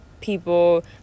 people